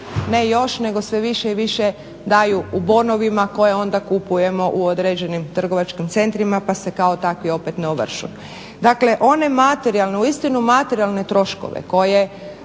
ne još nego više i više daju u bonovima koje onda kupujemo u određenim trgovačkim centrima pa se kao takvi opet ne ovršuju. Dakle one materijalne, uistinu materijalne troškove koje